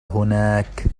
هناك